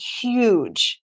huge